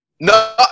No